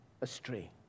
astray